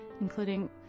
including